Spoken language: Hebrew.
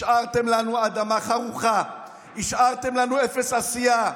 השארתם לנו אדמה חרוכה, השארתם לנו אפס עשייה.